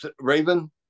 Raven